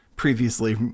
previously